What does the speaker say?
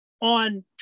on